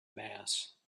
mass